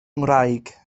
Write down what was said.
ngwraig